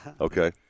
Okay